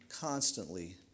constantly